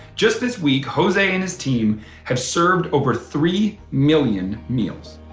just this week, hosie and his team have served over three million meals